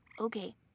Okay